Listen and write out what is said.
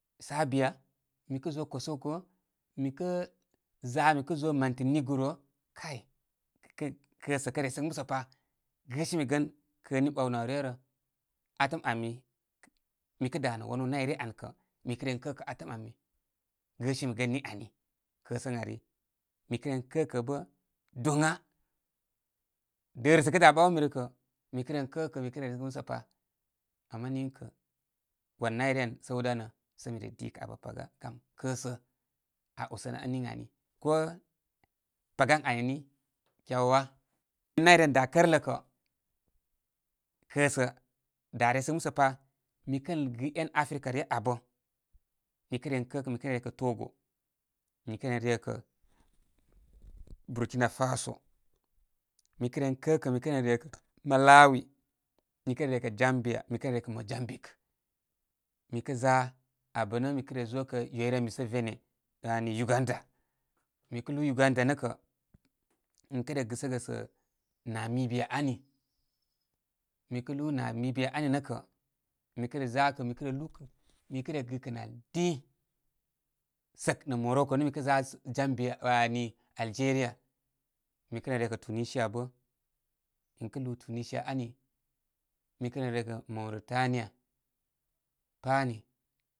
Sabiya mi kə zo kosoko, mikə za mikə zo manti negro kay kəsə sə resəgə musa pa. Gəsimi gən kəni ɓawnə aw rerə. Atəm ami, mi kə danə wanúú nay ryə an kə mi kə ren kəkə atəm ami. Gəsimi gən ni ani. kəsən ari, mi kə ren kəkə bə doŋa. Dərəsə kə dá ɓawmi rə kə mi ren kə kə mi kə re resəgə musəpa. Ama niŋkə kə wan nay rgə an səw danə sə mi re dikə abə paga. Gam kəsə aa úsənə ən niŋ ani. Ko paga ən ai ni kyawa. Nay ryə an da karlə kə, kəsə da resəgə musa pa. Mi kə gɨ én africa ryə abə, mi kə ren kəkə. Mi kə re rekə togo, mi kə ren rekə burkina faso miə ren kəkə kə ren reƙa mauritanima páni.